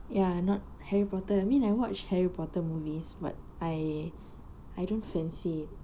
ya not harry potter I mean I watch harry potter movies but I don't fancy